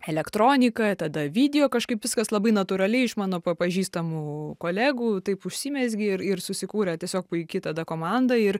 elektroniką tada video kažkaip viskas labai natūraliai iš mano pa pažįstamų kolegų taip užsimezgė ir ir susikūrė tiesiog puiki tada komanda ir